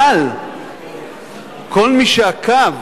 אבל כל מי שעקב